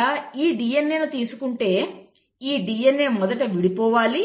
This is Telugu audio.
ఇక్కడ ఈ DNAను తీసుకుంటే ఈ DNA మొదట విడిపోవాలి